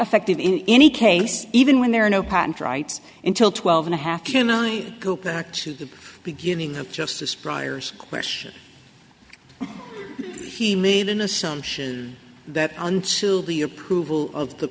effective in any case even when there are no patent rights until twelve and a half can i go back to the beginning of justice briar's question he made an assumption that until the approval of the